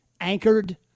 anchored